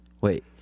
Wait